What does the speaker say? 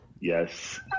Yes